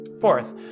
Fourth